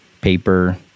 paper